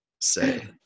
say